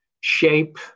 shape